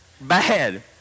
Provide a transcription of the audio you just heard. bad